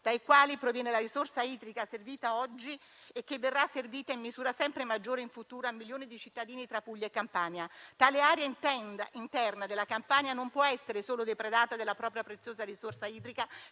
dai quali proviene la risorsa idrica servita oggi e che verrà servita in misura sempre maggiore in futuro a milioni di cittadini tra Puglia e Campania. Tale area interna della Campania non può essere solo depredata della propria preziosa risorsa idrica